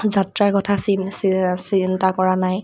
যাত্ৰাৰ কথা চিন্তা কৰা নাই